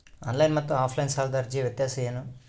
Online ಮತ್ತು offline ಸಾಲದ ಅರ್ಜಿಯ ವ್ಯತ್ಯಾಸ ಏನು?